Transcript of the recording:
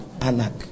Anak